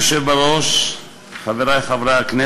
אדוני היושב בראש, חברי הכנסת,